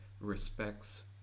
respects